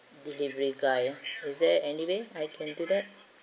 delivery guy ah is there anyway I can do that